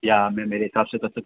या मैं मेरे हिसाब से कर सके